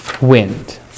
wind